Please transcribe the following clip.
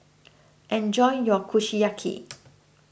enjoy your Kushiyaki